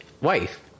wife